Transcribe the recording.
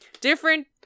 different